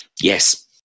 Yes